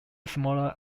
smaller